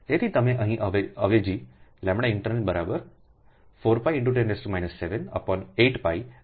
તેથી તમે અહીં અવેજી int 4π 10 78πI Weberm2 અથવાint 1210 7IWeberm2